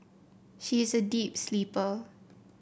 she is a deep sleeper